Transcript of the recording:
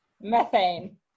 methane